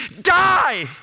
die